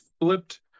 flipped